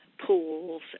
pools